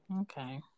Okay